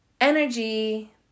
energy